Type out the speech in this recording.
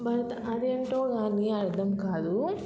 అది ఏంటో కానీ అర్థం కాదు